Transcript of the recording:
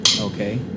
Okay